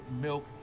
milk